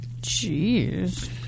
Jeez